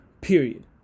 period